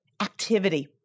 Activity